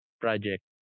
project